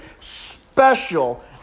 special